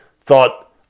thought